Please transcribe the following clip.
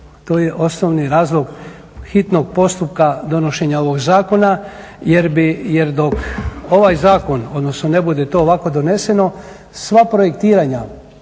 to je osnovni razlog hitnog postupka donošenja ovog zakona. Jer dok ovaj zakon, odnosno ne bude to ovako doneseno sva projektiranja,